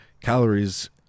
calories